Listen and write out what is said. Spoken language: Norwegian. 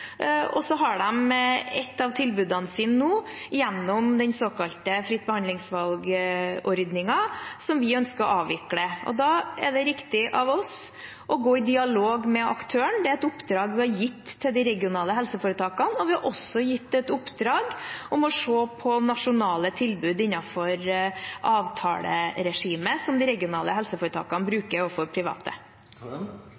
og så har de ett av tilbudene sine gjennom den såkalte fritt behandlingsvalg-ordningen, som vi ønsker å avvikle. Da er det riktig av oss å gå i dialog med aktøren. Det er et oppdrag vi har gitt til de regionale helseforetakene. Vi har også gitt et oppdrag om å se på nasjonale tilbud innenfor avtaleregimet som de regionale helseforetakene